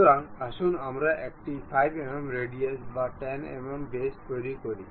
সুতরাং আসুন আমরা একটি 5 mm রেডিয়াস বা 10 mm ব্যাস তৈরি করি